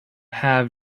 have